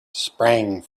sprang